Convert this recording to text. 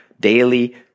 daily